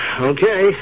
okay